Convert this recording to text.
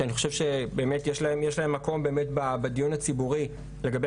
שאני חושב שיש להן מקום בדיון הציבורי לגבי